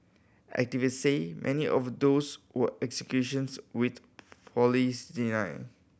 activists say many of those were executions which police deny